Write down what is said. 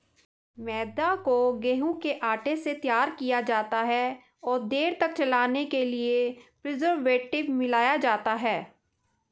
मैदा को गेंहूँ के आटे से तैयार किया जाता है और देर तक चलने के लिए प्रीजर्वेटिव मिलाया जाता है